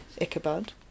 Ichabod